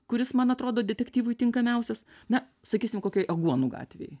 kuris man atrodo detektyvui tinkamiausias na sakysim kokioj aguonų gatvėj